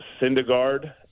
Syndergaard